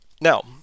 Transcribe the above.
Now